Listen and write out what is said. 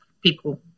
people